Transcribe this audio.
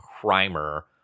primer